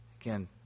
Again